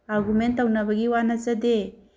argument ꯇꯧꯅꯕꯒꯤ ꯋꯥ ꯅꯠꯆꯗꯦ